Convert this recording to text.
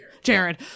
Jared